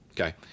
Okay